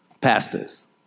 pastors